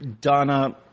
Donna